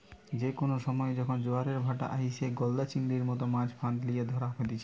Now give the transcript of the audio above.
যে কোনো সময়ে যখন জোয়ারের ভাঁটা আইসে, গলদা চিংড়ির মতো মাছ ফাঁদ লিয়ে ধরা হতিছে